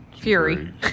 Fury